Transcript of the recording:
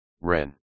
Ren